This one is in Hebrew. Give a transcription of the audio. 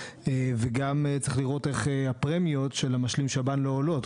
וגם צריך לראות איך הפרמיות של המשלים שב"ן לא עולות,